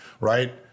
right